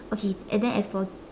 okay and then as for